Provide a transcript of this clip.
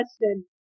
question